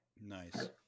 Nice